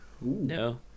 No